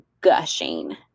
gushing